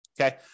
Okay